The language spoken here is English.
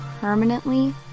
permanently